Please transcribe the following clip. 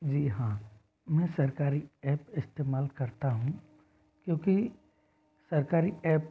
जी हाँ मैं सरकारी ऐप इस्तेमाल करता हूँ क्योंकि सरकारी ऐप